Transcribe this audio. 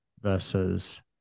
versus